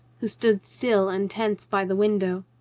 who stood still and tense by the window.